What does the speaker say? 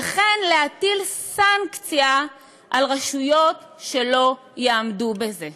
וכן להטיל סנקציה על רשויות שלא יעמדו בזה.